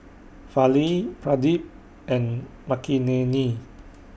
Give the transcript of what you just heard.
Fali Pradip and Makineni